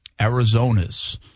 Arizona's